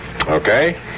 Okay